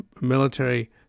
military